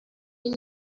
این